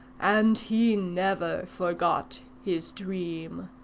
and he never forgot his dream.